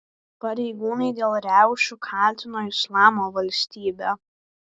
pareigūnai dėl riaušių kaltino islamo valstybę